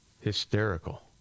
Hysterical